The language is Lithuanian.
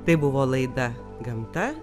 tai buvo laida gamta